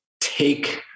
take